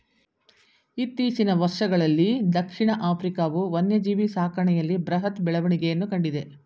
ಇತ್ತೀಚಿನ ವರ್ಷಗಳಲ್ಲೀ ದಕ್ಷಿಣ ಆಫ್ರಿಕಾವು ವನ್ಯಜೀವಿ ಸಾಕಣೆಯಲ್ಲಿ ಬೃಹತ್ ಬೆಳವಣಿಗೆಯನ್ನು ಕಂಡಿದೆ